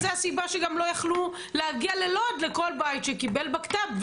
זו גם הסיבה שלא יכלו להגיע ללוד לכל בית שקיבל בקת"ב.